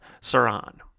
Saran